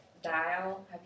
Dial